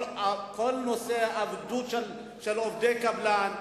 כל נושא העבדות של עובדי הקבלן,